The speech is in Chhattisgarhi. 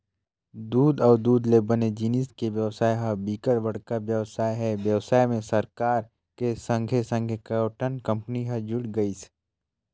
दूद अउ दूद ले बने जिनिस के बेवसाय ह बिकट बड़का बेवसाय हे, बेवसाय में सरकार के संघे संघे कयोठन कंपनी हर जुड़ गइसे